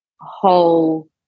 whole